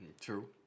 True